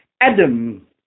Adam